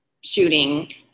shooting